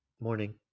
Morning